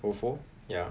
O_F_O ya